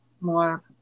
more